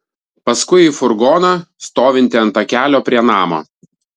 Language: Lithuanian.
paskui į furgoną stovintį ant takelio prie namo